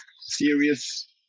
serious